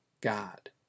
God